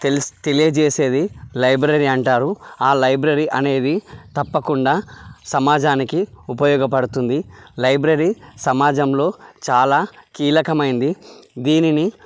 తెల్స్ తెలియజేసేది లైబ్రరీ అంటారు ఆ లైబ్రరీ అనేది తప్పకుండా సమాజానికి ఉపయోగపడుతుంది లైబ్రరీ సమాజంలో చాలా కీలకమైంది దీనిని